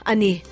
Ani